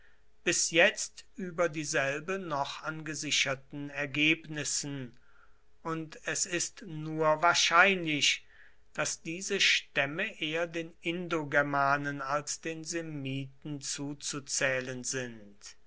bis jetzt über dieselbe noch an gesicherten ergebnissen und es ist nur wahrscheinlich daß diese stämme eher den indogermanen als den semiten zuzuzählen sind